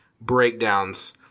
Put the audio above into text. breakdowns